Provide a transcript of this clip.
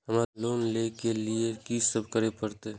हमरा लोन ले के लिए की सब करे परते?